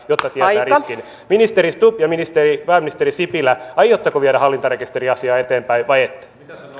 jotta tietää riskin ministeri stubb ja pääministeri sipilä aiotteko viedä hallintarekisteriasiaa eteenpäin vai ette